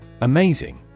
Amazing